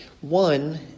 One